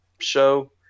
Show